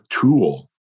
tool